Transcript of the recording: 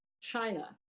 China